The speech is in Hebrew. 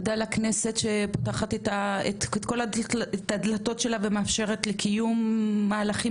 תודה לכנסת שפותחת את הדלתות שלה ומאפשרת לקיום מהלכים